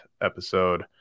episode